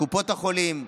קופות החולים,